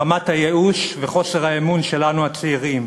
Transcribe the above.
רמת הייאוש וחוסר האמון שלנו, הצעירים.